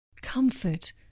Comfort